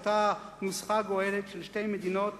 אותה נוסחה גואלת של שתי מדינות